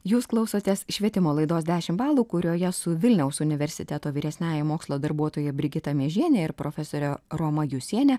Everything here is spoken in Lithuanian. jūs klausotės švietimo laidos dešimt balų kurioje su vilniaus universiteto vyresniąja mokslo darbuotoja brigita miežiene ir profesore roma jusiene